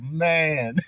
man